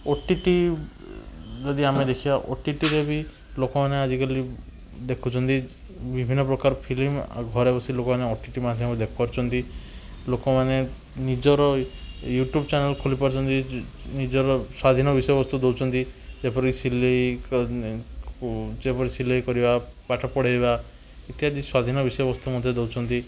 ଓ T T ଯଦି ଆମେ ଦେଖିବା ଓଟିଟିରେ ବି ଲୋକମାନେ ଆଜିକାଲି ଦେଖୁଛନ୍ତି ବିଭିନ୍ନ ପ୍ରକାର ଫିଲ୍ମ ଘରେ ବସି ଲୋକମାନେ ଓ ଟି ଟି ମାଧ୍ୟମରେ ଦେଖିପାରୁଛନ୍ତି ଲୋକମାନେ ନିଜର ୟୁଟ୍ୟୁବ ଚ୍ୟାନେଲ ଖୋଲିପାରୁଛନ୍ତି ନିଜର ସ୍ୱାଧୀନ ବିଷୟବସ୍ତୁ ଦଉଛନ୍ତି ଯେପରି ସିଲେଇ ଯେପରି ସିଲେଇକରିବା ପାଠ ପଢ଼େଇବା ଇତ୍ୟାଦି ସ୍ୱାଧୀନ ବିଷୟବସ୍ତୁ ମଧ୍ୟ ଦଉଛନ୍ତି